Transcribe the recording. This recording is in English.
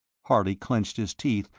harley clenched his teeth,